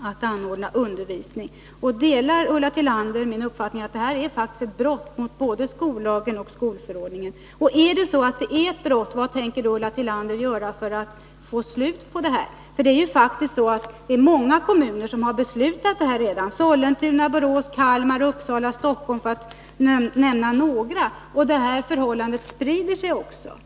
att anordna undervisning. Delar Ulla Tillander min uppfattning att detta faktiskt är ett brott mot både skollagen och skolförordningen? Och är det ett brott, vad tänker då > Ulla Tillander göra för att få slut på det här? Det är faktiskt så, att många kommuner redan har fattat beslut i saken — Sollentuna, Borås, Kalmar, , Uppsala, Stockholm, för att nämna några. Och det här förfarandet sprider sig också. '